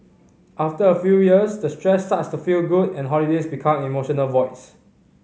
after a few years the stress starts to feel good and holidays become emotional voids